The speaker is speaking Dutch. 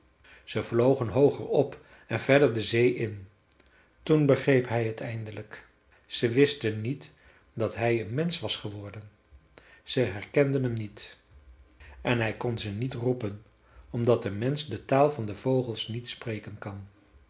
ze vlogen hooger op en verder de zee in toen begreep hij het eindelijk ze wisten niet dat hij een mensch was geworden ze herkenden hem niet en hij kon ze niet roepen omdat een mensch de taal van de vogels niet spreken kan